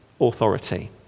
authority